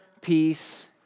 peace